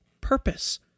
purpose